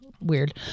Weird